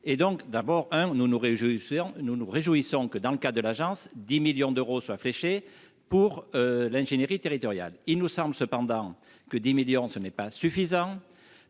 réjouissons et nous nous réjouissons que dans le cas de l'agence 10 millions d'euros, soit fléchée pour l'ingénierie territoriale il nous sommes cependant que des millions ce n'est pas suffisant,